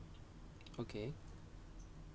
okay